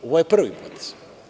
Ovo je prvi potez.